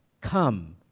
Come